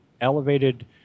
elevated